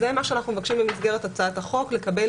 זה מה שאנחנו מבקשים במסגרת הצעת החוק לקבל